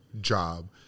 job